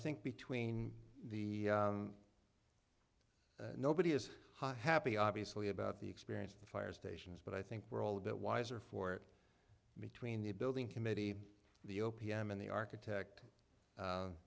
think between the nobody is happy obviously about the experience of the fire stations but i think we're all a bit wiser for it between the building committee the o p m and the architect